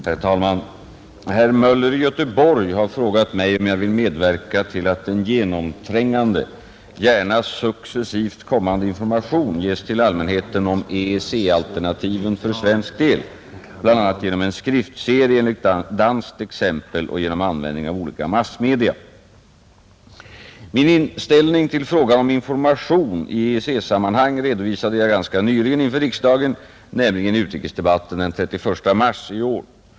Herr talman! Herr Möller i Göteborg har frågat mig om jag vill medverka till att en genomträngande, gärna successivt kommande information ges till allmänheten om EEC-alternativen för svensk del, bl.a. genom en skriftserie enligt danskt exempel och genom användning av olika massmedia. Min inställning till frågan om information i EEC-sammanhang redovisade jag ganska nyligen inför riksdagen, nämligen i utrikesdebatten den 31 mars i år.